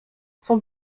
son